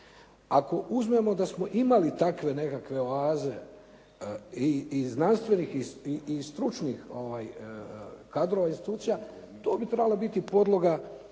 Ako uzmemo da smo imali takve nekakve oaze i znanstvenih i stručnih kadrova i institucija to bi trebalo biti podloga